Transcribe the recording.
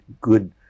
good